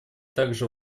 также